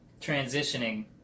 transitioning